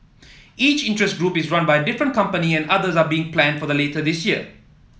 each interest group is run by a different company and others are being planned for the later this year